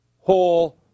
whole